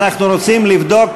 אנחנו רוצים לבדוק,